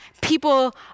people